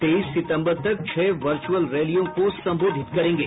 तेईस सितम्बर तक छह वर्च्रअल रैलियों को संबोधित करेंगे